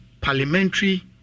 parliamentary